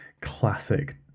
classic